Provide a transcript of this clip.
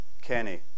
Kenny